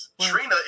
Trina